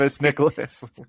Nicholas